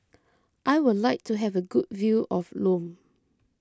I would like to have a good view of Lome